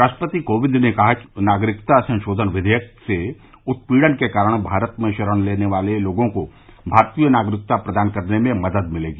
राष्ट्रपति कोविंद ने कहा कि नागरिकता संशोधन विधेयक से उत्पीड़न के कारण भारत में शरण लेने वाले लोगों को भारतीय नागरिकता प्राप्त करनेमें मदद मिलेगी